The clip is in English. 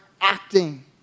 acting